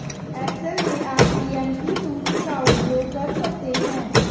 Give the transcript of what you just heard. Excel में आप PMT सूत्र का उपयोग कर सकते हैं